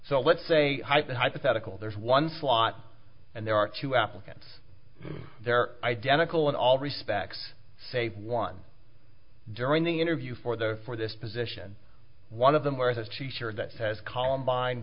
so let's say hype and hypothetical there's one flaw and there are two applicants they're identical in all respects save one during the interview for their for this position one of them where has she shared that as columbine